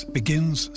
begins